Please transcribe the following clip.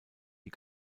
die